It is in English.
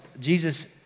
Jesus